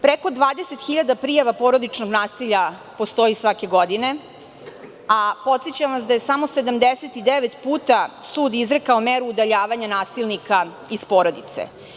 Preko 20.000 prijava porodičnog nasilja postoji svake godine, a podsećam da je samo 79 puta sud izrekao meru udaljavanja nasilnika iz porodice.